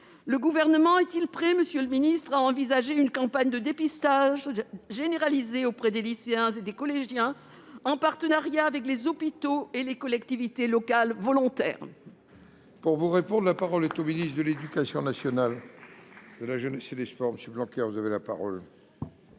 Le Gouvernement est-il prêt, monsieur le ministre, à envisager une campagne de dépistage généralisé auprès des lycéens et des collégiens, en partenariat avec les hôpitaux et les collectivités locales volontaires ?